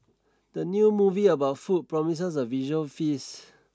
the new movie about food promises a visual feast